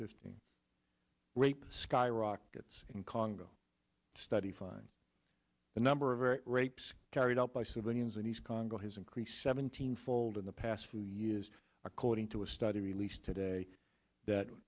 fifteenth rape skyrockets in congo to study fine the number of rapes carried out by civilians and he's congo has increased seventeen fold in the past few years according to a study released today that